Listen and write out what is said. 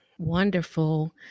Wonderful